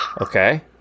Okay